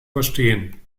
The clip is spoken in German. verstehen